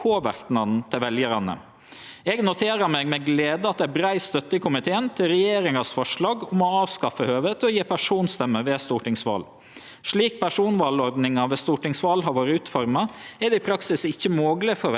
Slik personvalordninga ved stortingsval har vore utforma, er det i praksis ikkje mogleg for veljarane å påverke kven som vert valde inn. Eg synest at det er uheldig at veljarane i dag gjer endringar på stemmesetelen som ikkje får noka betydning.